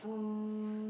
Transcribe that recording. uh